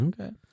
Okay